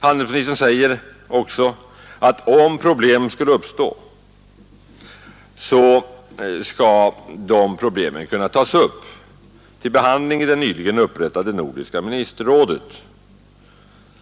Handelsministern säger också att om problem skulle uppstå skall dessa kunna tas upp till behandling i det nyligen upprättade nordiska ministerrådet.